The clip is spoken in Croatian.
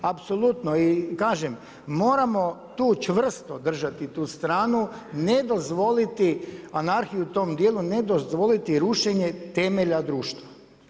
Apsolutno i kažem, moramo tu čvrsto držati tu stranu, ne dozvoliti, anarhiju u tom dijelu, ne dozvoliti rušenje temelje društva.